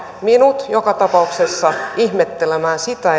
minut joka tapauksessa ihmettelemään sitä